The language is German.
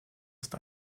ist